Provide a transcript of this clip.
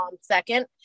second